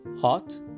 Hot